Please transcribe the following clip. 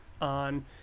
on